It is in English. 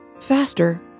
faster